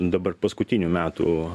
dabar paskutinių metų